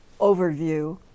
overview